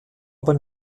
aber